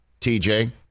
TJ